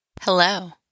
Hello